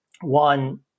one